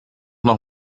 noch